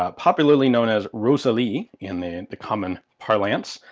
ah popularly known as rosalie, in the the common parlance.